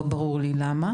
לא ברור לי למה